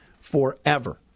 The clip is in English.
forever